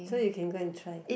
so you can go and try